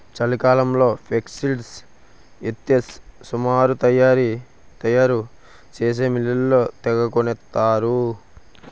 చలికాలంలో ఫేక్సీడ్స్ ఎత్తే సమురు తయారు చేసే మిల్లోళ్ళు తెగకొనేత్తరు